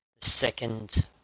second